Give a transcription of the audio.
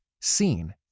seen